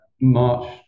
March